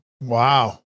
Wow